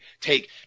take